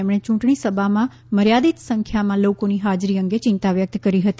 તેમણે ચૂંટણી સભામાં મર્યાદિત સંખ્યામાં લોકોની હાજરી અંગે ચિંતા વ્યક્ત કરી હતી